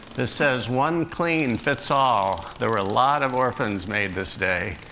this says one clean fits all. there were a lot of orphans made this day,